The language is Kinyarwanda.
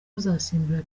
uzasimbura